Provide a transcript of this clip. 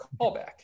Callback